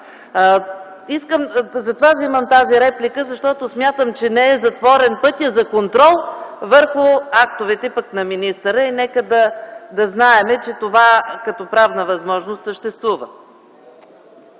Затова вземам тази реплика, защото смятам, че не е затворен пътят за контрол върху актовете на министъра и нека да знаем, че това като правна възможност съществува.